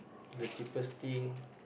the cheapest thing